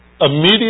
immediate